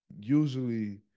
usually